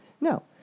No